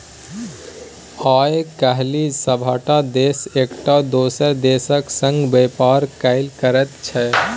आय काल्हि सभटा देश एकटा दोसर देशक संग व्यापार कएल करैत छै